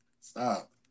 stop